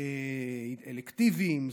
ניתוחים אלקטיביים,